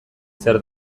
zer